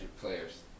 players